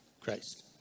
Christ